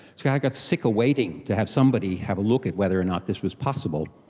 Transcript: see, i got sick of waiting to have somebody have a look at whether or not this was possible.